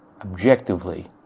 objectively